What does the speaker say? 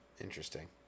interesting